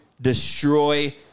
destroy